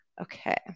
Okay